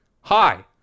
Hi